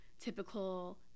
typical